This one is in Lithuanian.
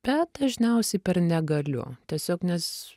bet dažniausiai per negaliu tiesiog nes